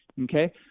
Okay